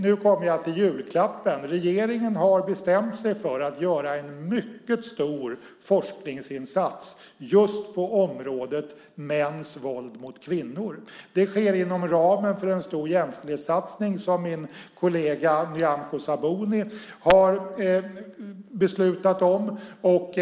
Nu kommer jag till julklappen. Regeringen har bestämt sig för att göra en mycket stor forskningsinsats just på området mäns våld mot kvinnor. Det sker inom ramen för en stor jämställdhetssatsning som min kollega Nyamko Sabuni har beslutat om.